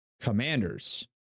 Commanders